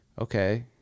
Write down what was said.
okay